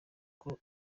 kuko